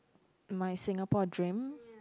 my Singapore dream